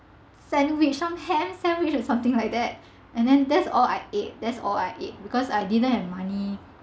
sandwich some ham sandwich or something like that and then that's all I ate that's all I ate because I didn't have money